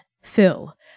Phil